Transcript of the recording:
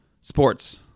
Sports